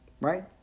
right